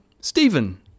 Stephen